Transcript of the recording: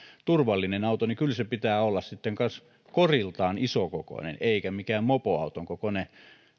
turvallinen auto niin kyllä sen pitää olla sitten kanssa koriltaan isokokoinen eikä mikään mopoauton kokoinen